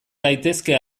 daitezke